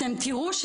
אתם תראו,